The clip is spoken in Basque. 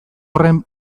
horren